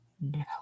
no